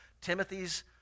Timothy's